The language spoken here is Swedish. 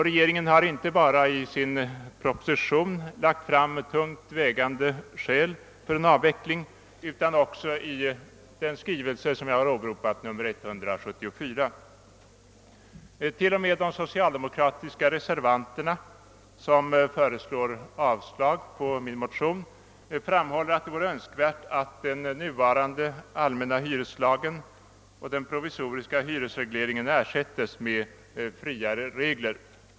Regeringen har inte bara i sin proposition utan också i den skrivelse som jag har åberopat, nr 174, lagt fram tungt vägande skäl för en avveckling. Till och med de socialdemokratiska reservanterna, som yrkar avslag på min motion, framhåller att det vore önskvärt att den nuvarande allmänna hyreslägen och den provisoriska hyresregleringen ersättes med friare regler.